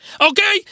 okay